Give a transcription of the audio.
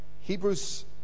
Hebrews